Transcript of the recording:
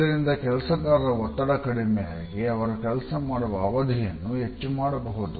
ಇದರಿಂದ ಕೆಲಸಗಾರ ಒತ್ತಡ ಕಡಿಮೆಯಾಗಿ ಅವರುಕೆಲಸ ಮಾಡುವ ಅವಧಿಯನ್ನು ಹೆಚ್ಚು ಮಾಡಬಹುದು